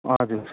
हजुर